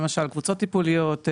למשל קבוצות טיפוליות,